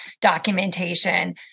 documentation